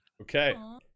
Okay